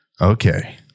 okay